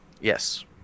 Yes